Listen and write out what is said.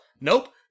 Nope